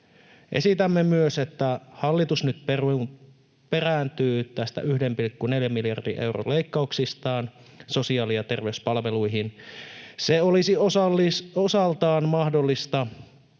Esitämme myös, että hallitus nyt perääntyy näistä 1,4 miljardin euron leikkauksistaan sosiaali- ja terveyspalveluihin. Se olisi osaltaan mahdollista